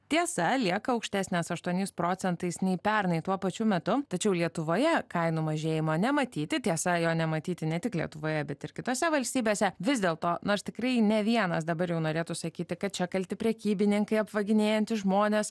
tiesa lieka aukštesnės aštuoniais procentais nei pernai tuo pačiu metu tačiau lietuvoje kainų mažėjimo nematyti tiesa jo nematyti ne tik lietuvoje bet ir kitose valstybėse vis dėlto nors tikrai ne vienas dabar jau norėtųsi sakyti kad čia kalti prekybininkai apvaginėjantys žmones